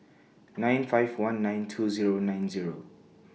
nine five one nine two Zero nine Zero